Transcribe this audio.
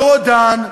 לא רודן,